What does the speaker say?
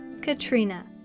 Katrina